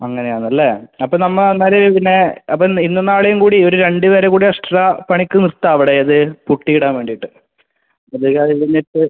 അങ്ങനെ ആണല്ലേ അപ്പോൾ നമ്മൾ എന്നാൽ പിന്നെ അപ്പോൾ ഇന്നും നാളെയും കൂടി ഒരു രണ്ട് പേരെ കൂടി എക്സ്ട്രാ പണിക്ക് നിർത്താം അവിടെ ഏത് പുട്ടി ഇടാൻ വേണ്ടിയിട്ട്